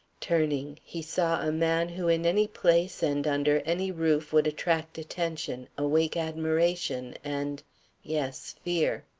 turning, he saw a man who in any place and under any roof would attract attention, awake admiration and yes, fear.